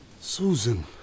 Susan